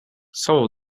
some